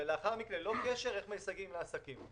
ולאחר מכן, ללא קשר, איך מסייעים לעסקים.